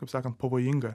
taip sakant pavojinga